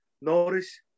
notice